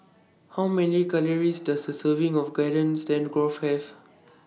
How Many Calories Does A Serving of Garden Stroganoff Have